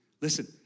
Listen